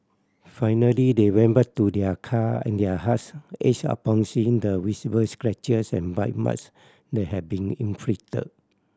finally they went back to their car and their hearts ached upon seeing the visible scratches and bite marts that had been inflicted